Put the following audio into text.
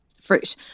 fruit